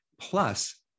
Plus